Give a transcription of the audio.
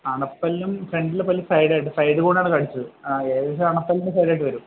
അണപല്ലും ഫ്രണ്ടിലെ പല്ലും സൈഡായിട്ട് സൈഡില് കൂടെയാണ് കടിച്ചത് ആ ഏകദേശം അണപല്ലിൻ്റെ സൈഡിലായിട്ട് വരും